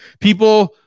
People